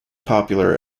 popular